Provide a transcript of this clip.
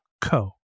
co